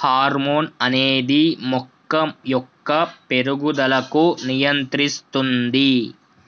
hormone అనేది మొక్క యొక్క పేరుగుదలకు నియంత్రిస్తుంది